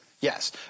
Yes